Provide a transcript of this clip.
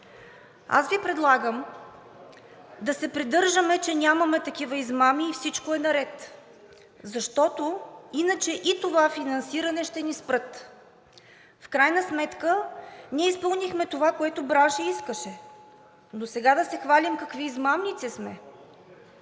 „Аз Ви предлагам да се придържаме, че нямаме такива измами и всичко е наред. Защото иначе и това финансиране ще ни спрат. В крайна сметка ние изпълнихме това, което браншът искаше. Но сега да се хвалим какви измамници сме…